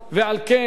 ועל כן,